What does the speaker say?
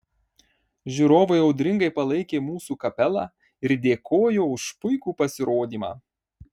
žiūrovai audringai palaikė mūsų kapelą ir dėkojo už puikų pasirodymą